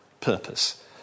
purpose